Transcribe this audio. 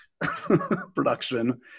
production